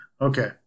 Okay